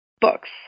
Books